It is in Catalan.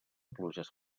pluges